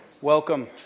Welcome